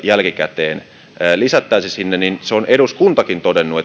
jälkikäteen lisättäisiin sinne niin siihen liittyy sen on eduskuntakin todennut